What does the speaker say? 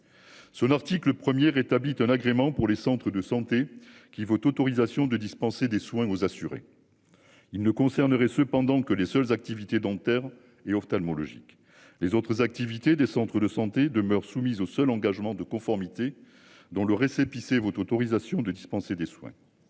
Son article 1er rétabli un agrément pour les centres de santé qui vaut autorisation de dispenser des soins aux assurés. Il ne concernerait cependant que les seules activités dentaires et ophtalmologiques. Les autres activités des centres de santé demeure soumise au seul engagement de conformité dont le récépissé vaut autorisation de dispenser des soins.